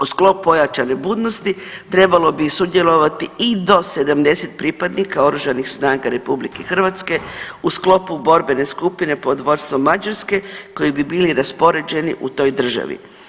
U sklopu ojačane budnosti trebalo bi sudjelovati i do 70 pripadnika Oružanih snaga Republike Hrvatske u sklopu borbene skupine pod vodstvom Mađarske koji bi bili raspoređeni u toj državi.